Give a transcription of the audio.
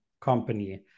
company